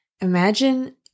Imagine